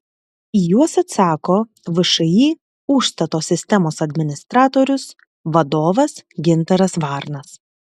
į juos atsako všį užstato sistemos administratorius vadovas gintaras varnas